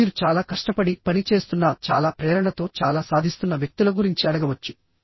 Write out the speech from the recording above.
అప్పుడు మీరు చాలా కష్టపడి పని చేస్తున్న చాలా ప్రేరణతో చాలా సాధిస్తున్న వ్యక్తుల గురించి అడగవచ్చు